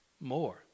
more